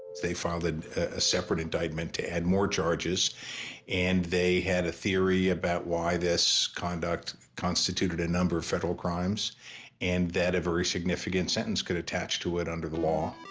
they filed a seperate indictment to add more charges and they had a theory about why this conduct constituted a number of federal crimes and that a very significant sentence could attach to it under the law.